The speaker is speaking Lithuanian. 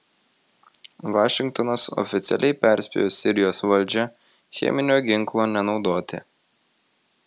vašingtonas oficialiai perspėjo sirijos valdžią cheminio ginklo nenaudoti